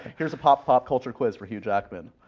here's a pop pop culture quiz for hugh jackman.